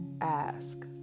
ask